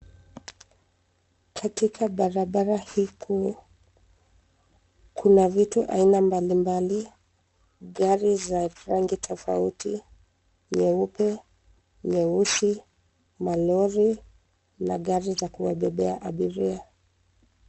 Katika barabara hii kuu kuna vitu aina mbali mbali, gari za rangi tofauti nyeupe, nyeusi malori na gari za kuwabebea abiria.